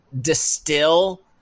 distill –